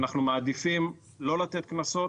אנחנו מעדיפים לא לתת קנסות,